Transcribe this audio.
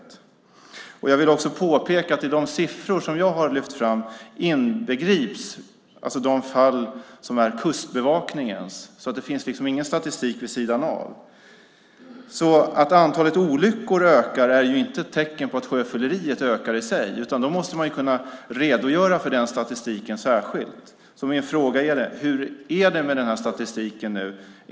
Jag vill också påpeka att i de siffror som jag har lyft fram inbegrips de fall som är Kustbevakningens. Det finns ingen statistik vid sidan av. Att antalet olyckor ökar är inte ett tecken på att sjöfylleriet ökar i sig. Man måste kunna redogöra för det särskilt i statistiken. Hur är det med denna statistik?